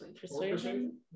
persuasion